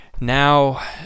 Now